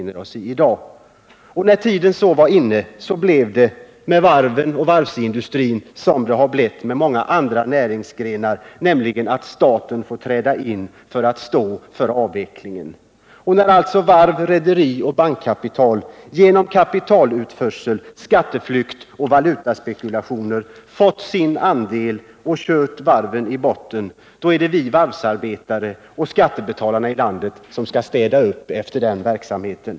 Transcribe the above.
När sedan tiden härför var inne gick det med varven och varvsindustrin som det gått med andra näringsgrenar, nämligen så att staten fick träda in för att stå för avvecklingen. När alltså varv, rederi och bankkapital genom kapitalutförsel, skatteflykt och valutaspekulationer fått sin andel och kört varven i botten är det vi varvsarbetare och skattebetalarna i landet som skall städa upp efter den verksamheten.